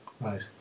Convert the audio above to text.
Right